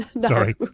Sorry